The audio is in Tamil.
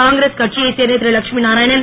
காங்கிரஸ் கட்சியைச் சேர்ந்த திருலட்சுமிநாராயணன்